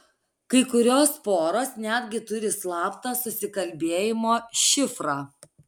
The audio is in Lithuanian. kai kurios poros netgi turi slaptą susikalbėjimo šifrą